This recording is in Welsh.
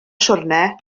siwrne